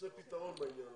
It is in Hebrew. בעניין הזה.